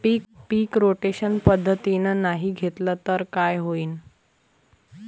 पीक rotation पद्धतीनं नाही घेतलं तर काय होईन?